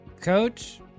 coach